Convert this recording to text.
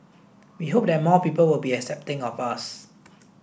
we hope that more people will be accepting of us